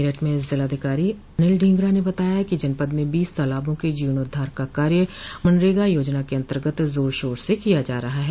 मेरठ में जिलाधिकारी अनिल ढींगरा ने बताया कि जनपद में बीस तालाबों के जीर्णोद्वार का कार्य मनरेगा योजना के अन्तर्गत जोर शोर से किया जा रहा है